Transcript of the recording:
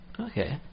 Okay